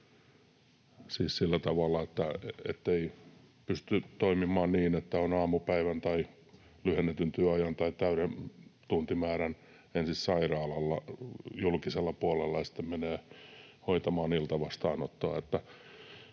sillä tavalla, ettei pysty toimimaan niin, että on aamupäivän tai lyhennetyn työajan tai täyden tuntimäärän ensin sairaalalla julkisella puolella ja sitten menee hoitamaan iltavastaanottoa.